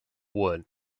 wood